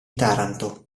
taranto